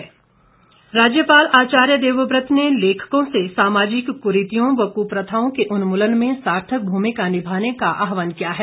विमोचन राज्यपाल आचार्य देवव्रत ने लेखकों से सामाजिक क्रीतियों व क्प्रथाओं के उन्मूलन में सार्थक भूमिका निभाने का आहवान किया है